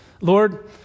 Lord